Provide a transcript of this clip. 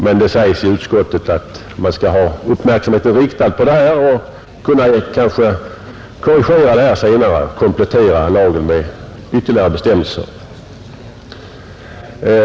Men det sägs i utskottsbetänkandet att man skall ha uppmärksamheten riktad på detta spörsmål och kanske kunna komplettera lagen senare med ytterligare bestämmelser.